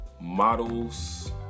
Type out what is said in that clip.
models